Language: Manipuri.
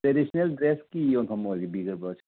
ꯇ꯭ꯔꯦꯗꯤꯁꯟꯅꯦꯜ ꯗ꯭ꯔꯦꯁꯀꯤ ꯌꯣꯟꯐꯝ ꯑꯣꯏꯕꯤꯔꯕ꯭ꯔꯥ